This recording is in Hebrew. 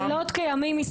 לילות כימים.